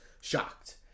shocked